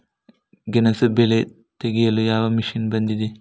ಗೆಣಸು ಬೆಳೆ ತೆಗೆಯಲು ಯಾವ ಮಷೀನ್ ಬಂದಿದೆ?